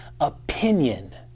opinion